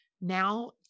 Now